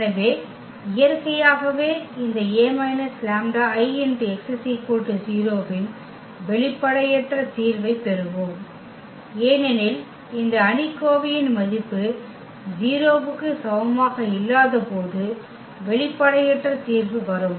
எனவே இயற்கையாகவே இந்த A − λIx 0 இன் வெளிப்படையற்ற தீர்வைப் பெறுவோம் ஏனெனில் இந்த அணிக்கோவை இன் மதிப்பு 0 க்கு சமமாக இல்லாதபோது வெளிப்படையற்ற தீர்வு வரும்